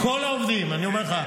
כל העובדים, אני אומר לך.